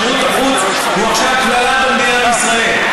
מפני ששירות החוץ הוא עכשיו קללה במדינת ישראל.